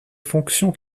fonctions